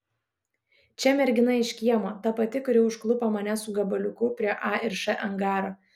čia mergina iš kiemo ta pati kuri užklupo mane su gabaliuku prie a ir š angaro